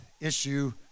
issue